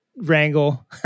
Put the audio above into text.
wrangle